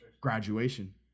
graduation